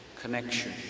connection